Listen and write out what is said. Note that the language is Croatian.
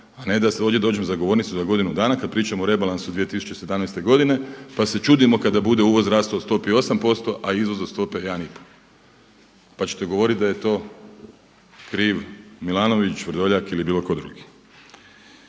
a ne da ovdje dođem za govornicu za godinu dana kada pričam o rebalansu 2017. godine pa se čudimo kada bude uvoz rastao po stop 8% a izvoz od stope 1,5. Pa ćete govoriti da je to kriv Milanović, Vrdoljak ili bilo tko drugi.